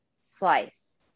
slice